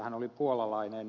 hän oli puolalainen